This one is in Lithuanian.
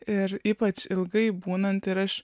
ir ypač ilgai būnant ir aš